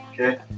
okay